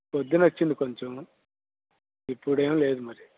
పొద్దున వచ్చింది కొంచెం ఇప్పుడేం లేదు మరి